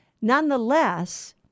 Nonetheless